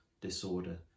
disorder